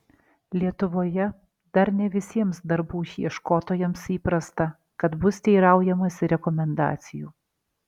lietuvoje dar ne visiems darbų ieškotojams įprasta kad bus teiraujamasi rekomendacijų